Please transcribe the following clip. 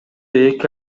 эки